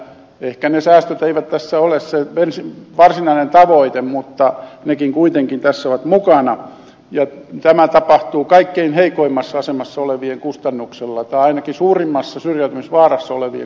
ehkä ne säästöt eivät tässä ole se varsinainen tavoite mutta nekin kuitenkin ovat tässä mukana ja tämä tapahtuu kaikkein heikoimmassa asemassa olevien kustannuksella tai ainakin suurimmassa syrjäytymisvaarassa olevien kustannuksella